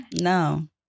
no